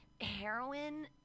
heroin